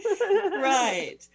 right